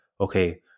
okay